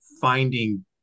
finding